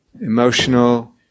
emotional